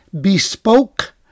bespoke